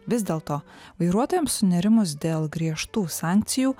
vis dėl to vairuotojams sunerimus dėl griežtų sankcijų